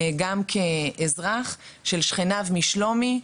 גם כאזרח לשכניו משלומי,